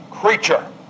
creature